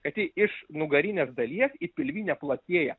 kad ji iš nugarinės dalies į pilvinę platėja